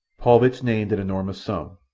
paulvitch named an enormous sum.